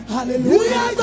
Hallelujah